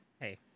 hey